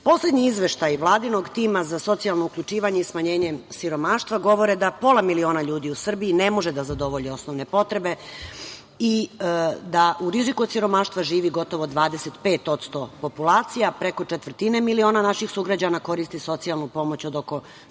pravde. Poslednji izveštaj Vladinog tima za socijalno uključivanje i smanjenje siromaštva govore da pola miliona ljudi u Srbiji ne može da zadovolji osnovne potrebe i da u riziku od siromaštva živi gotovo 25% populacije, a preko četvrtine miliona naših sugrađana koristi socijalnu pomoć od oko